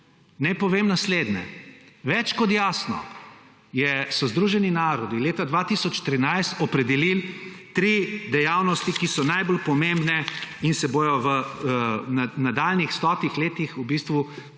naj povem naslednje. Več kot jasno so Združeni narodi leta 2013 opredelili tri dejavnosti, ki so najbolj pomembne in se bo v nadaljnjih stotih letih v bistvu tudi